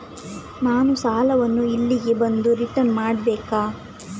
ನಾನು ಸಾಲವನ್ನು ಇಲ್ಲಿಗೆ ಬಂದು ರಿಟರ್ನ್ ಮಾಡ್ಬೇಕಾ?